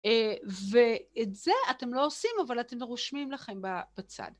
ואת זה אתם לא עושים, אבל אתם רושמים לכם בצד.